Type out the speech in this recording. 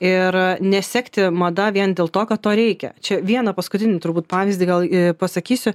ir nesekti mada vien dėl to kad to reikia čia vieną paskutinių turbūt pavyzdį gal pasakysiu